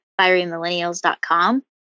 FieryMillennials.com